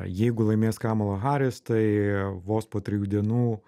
jeigu laimės kamala haris tai vos po trijų dienų